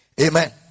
Amen